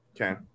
Okay